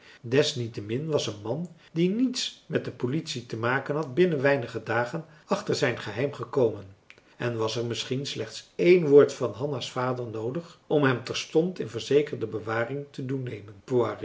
desniettemin was een man die niets met de politie te maken had binnen weinige dagen achter zijn geheim gekomen en was er misschien slechts één woord van hanna's vader noodig om hem terstond in verzekerde bewaring te doen nemen